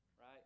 Right